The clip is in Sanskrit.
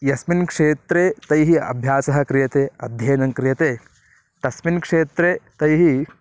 यस्मिन् क्षेत्रे तैः अभ्यासः क्रियते अध्ययनङ्क्रियते तस्मिन् क्षेत्रे तैः